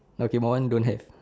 okay my [one] don't have